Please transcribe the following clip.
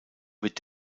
wird